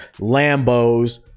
lambos